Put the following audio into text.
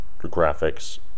graphics